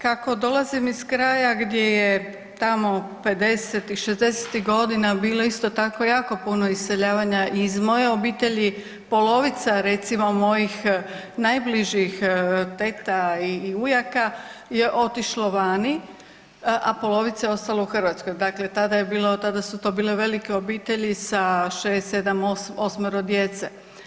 Kako dolazim iz kraja gdje je tamo 50-ih i 60-ih godina bilo isto tako jako puno iseljavanja iz moje obitelji, polovica recimo, mojih najbližih teta i ujaka je otišlo vani, a polovica je ostala u Hrvatskoj, dakle tada je bilo, tada su to bile velike obitelji sa 6, 7, 8-ero djece.